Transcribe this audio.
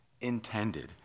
intended